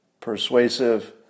persuasive